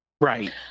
right